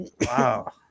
Wow